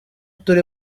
turi